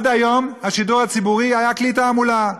עד היום השידור הציבורי היה כלי תעמולה,